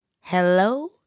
hello